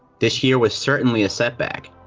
this year was certainly a setback.